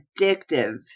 addictive